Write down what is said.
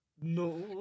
No